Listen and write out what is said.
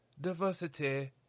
diversity